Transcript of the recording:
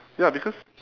ya because